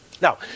Now